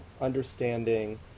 understanding